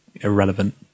irrelevant